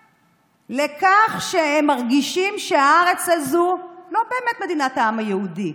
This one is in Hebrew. לכך שהם מרגישים שהארץ הזו לא באמת מדינת העם היהודי,